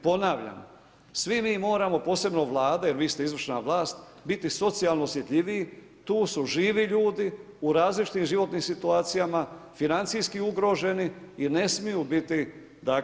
Ponavljam, svi mi moramo posebno Vlada jer vi ste izvršna vlast biti socijalno osjetljiviji, tu su živi ljudi u različitim životnim situacijama, financijski ugroženi i ne smiju biti uznemiravani.